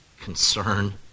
concern